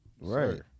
Right